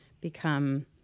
become